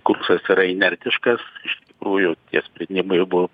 kursas yra inertiškas iš tikrųjų tie sprendimai jau buvo